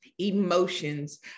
emotions